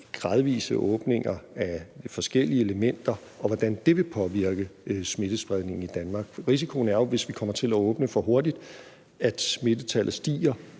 gradvise åbninger af forskellige elementer i forhold til, hvordan det vil påvirke smittespredningen i Danmark. Risikoen er jo, hvis vi kommer til at åbne for hurtigt, at smittetallet stiger,